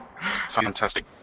fantastic